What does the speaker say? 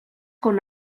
con